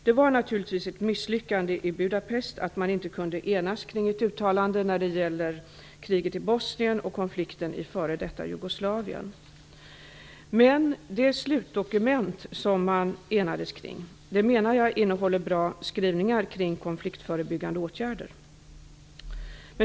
Det var naturligtvis ett misslyckande i Budapest att man inte kunde enas kring ett uttalande om kriget i Bosnien och konflikten i f.d. Jugoslavien. Men det slutdokument som man enades kring innehåller bra skrivningar kring konfliktförebyggande åtgärder.